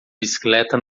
bicicleta